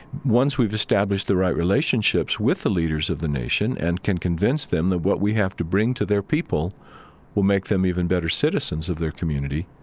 once we've established the right relationships with the leaders of the nation and can convince them that what we have to bring to their people will make them even better citizens of their community,